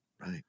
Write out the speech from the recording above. Right